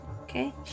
Okay